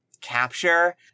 capture